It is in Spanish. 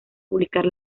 publicar